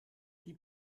die